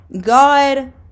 God